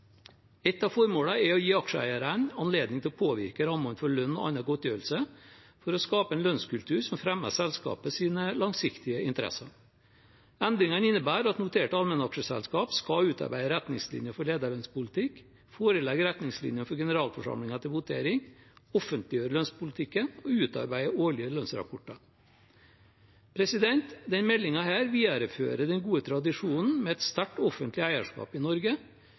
Ett av formålene er å gi aksjeeierne anledning til å påvirke rammene for lønn og annen godtgjørelse for å skape en lønnskultur som fremmer selskapets langsiktige interesser. Endringene innebærer at noterte allmennaksjeselskaper skal utarbeide retningslinjer for lederlønnspolitikk, forelegge retningslinjene for generalforsamlingen til votering, offentliggjøre lønnspolitikken og utarbeide årlige lønnsrapporter. Denne meldingen viderefører den gode tradisjonen med et sterkt offentlig eierskap i Norge